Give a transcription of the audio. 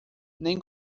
nem